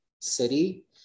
city